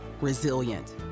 resilient